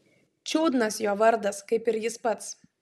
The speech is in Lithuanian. čiudnas jo vardas kaip ir jis pats